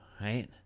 right